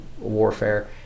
warfare